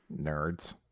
Nerds